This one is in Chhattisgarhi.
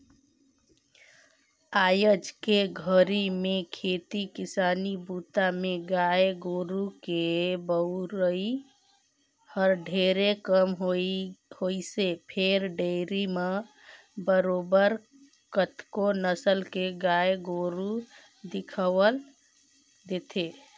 आयज के घरी में खेती किसानी बूता में गाय गोरु के बउरई हर ढेरे कम होइसे फेर डेयरी म बरोबर कतको नसल के गाय गोरु दिखउल देथे